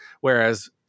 Whereas